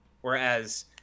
whereas